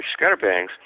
scatterbangs